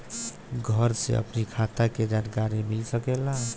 घर से अपनी खाता के जानकारी मिल सकेला?